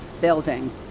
building